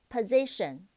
Position